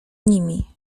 nimi